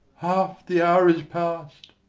half the hour is past!